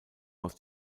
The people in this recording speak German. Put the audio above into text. aus